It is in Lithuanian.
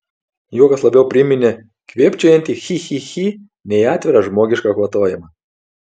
juokas labiau priminė kvėpčiojantį chi chi chi nei atvirą žmogišką kvatojimą